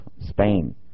Spain